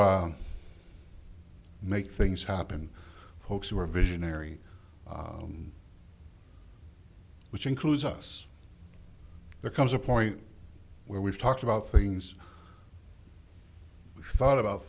o make things happen folks who are visionary which includes us there comes a point where we've talked about things we thought about